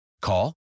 Call